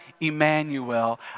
Emmanuel